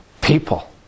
people